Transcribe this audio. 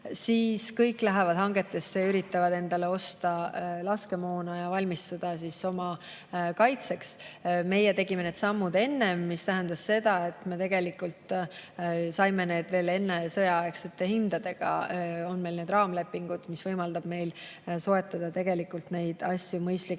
siis kõik lähevad hangetesse ja üritavad endale osta laskemoona ja valmistuda oma kaitseks. Meie tegime need sammud enne, mis tähendab seda, et me tegelikult saime need veel ennesõjaaegsete hindadega. Meil on raamlepingud, mis võimaldavad meil soetada neid asju mõistliku